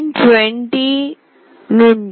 20 19